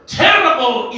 terrible